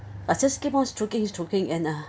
I just keep on stroking stroking and uh